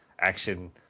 action